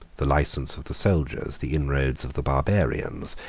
the license of the soldiers, the inroads of the barbarians,